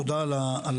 תודה על המפגש,